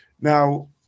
Now